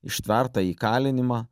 ištvertą įkalinimą